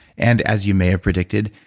and as you may have predicted,